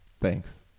Thanks